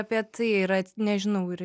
apie tai yra nežinau ir